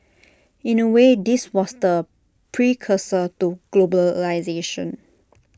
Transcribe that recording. in A way this was the precursor to globalisation